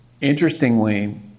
interestingly